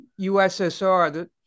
USSR